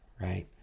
right